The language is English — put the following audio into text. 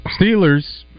Steelers